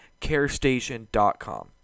carestation.com